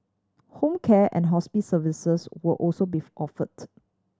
home care and hospice services will also beef offered